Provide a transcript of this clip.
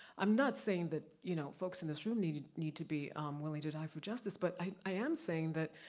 i'm not saying that, you know folks in this room need need to be willing to die for justice, but i am saying that,